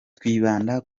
twibanda